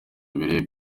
abereye